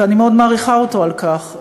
ואני מאוד מעריכה אותו על כך,